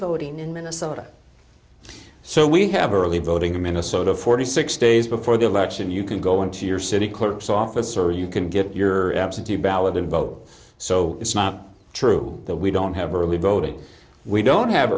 voting in minnesota so we have a early voting in minnesota forty six days before the election you can go into your city clerk's office or you can get your absentee ballot in vote so it's not true that we don't have early voting we don't have